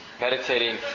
meditating